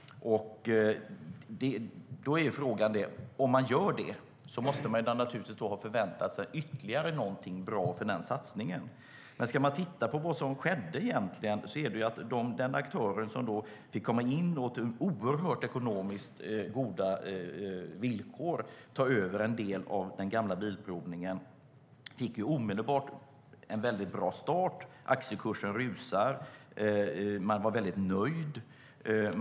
Eftersom regeringen gjorde det måste den ha förväntat sig ytterligare någonting bra av den satsningen. Men det som skedde var ju att den aktör som fick komma in och på oerhört goda ekonomiska villkor ta över en del av den gamla bilprovningen omedelbart fick en väldigt bra start. Aktiekursen rusade. Man var väldigt nöjd.